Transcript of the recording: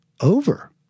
over